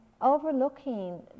overlooking